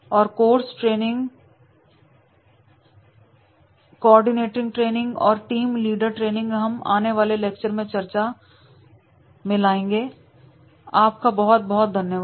और cross training coordinating training और team leader training हम आने वाले लेक्चर में चर्चा में लाएंगे आपका बहुत बहुत धन्यवाद